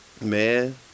Man